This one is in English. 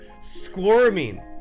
squirming